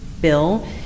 bill